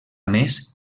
més